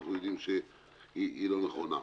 אנחנו יודעים שהיא לא נכונה.